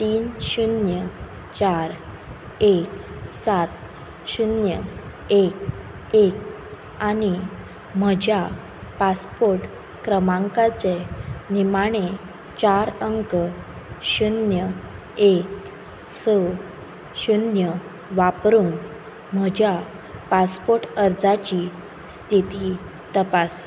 तीन शुन्य चार एक सात शुन्य एक एक आनी म्हज्या पासपोर्ट क्रमांकाचे निमाणे चार अंक शुन्य एक स शुन्य वापरून म्हज्या पासपोर्ट अर्जाची स्थिती तपास